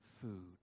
food